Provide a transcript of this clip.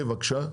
כן, בבקשה.